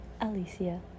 Alicia